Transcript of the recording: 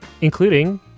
including